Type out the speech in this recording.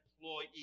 employee